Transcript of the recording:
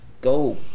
go